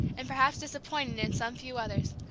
and perhaps disappointing in some few others,